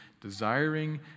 desiring